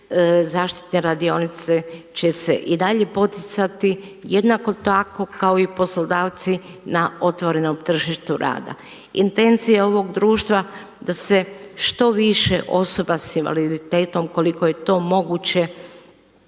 zaštitne radionice će se i dalje poticati jednako tako kao i poslodavci na otvorenom tržištu rada. Intencija ovog društva je da se što više osoba sa invaliditetom koliko je to moguće